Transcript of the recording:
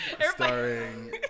starring